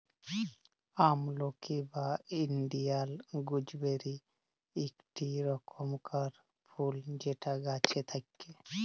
আমলকি বা Indian gooseberry ইকটি রকমকার ফুল যেটা গাছে থাক্যে